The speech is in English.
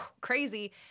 Crazy